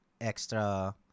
extra